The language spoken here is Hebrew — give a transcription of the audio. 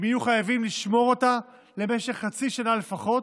הם יהיו חייבים לשמור אותה למשך חצי שנה לפחות